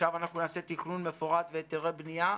עכשיו אנחנו נעשה תכנון מפורט והיתרי בנייה,